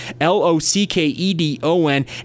L-O-C-K-E-D-O-N